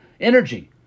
energy